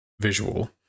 visual